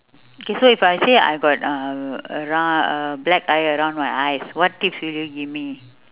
okay so if I say I got um around uh black eye around my eyes what tips would you give me